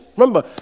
Remember